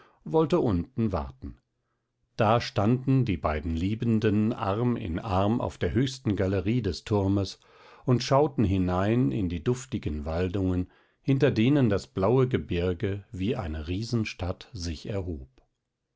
wollte unten warten da standen die beiden liebenden arm in arm auf der höchsten galerie des turmes und schauten hinein in die duftigen waldungen hinter denen das blaue gebirge wie eine riesenstadt sich erhob